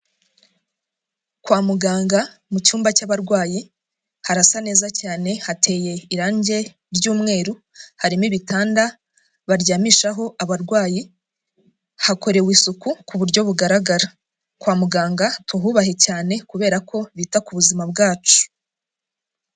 Kwa muganga mu cyumba cy'abarwayi harasa neza cyane hateye irange ry'umweru, harimo ibitanda baryamishaho abarwayi, hakorewe isuku ku buryo bugaragara, kwa muganga tuhubahe cyane kubera ko bita ku buzima bwacu.